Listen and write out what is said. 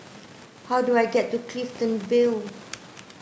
how do I get to Clifton Vale